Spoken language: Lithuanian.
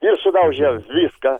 ir sulaužė viską